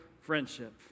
friendship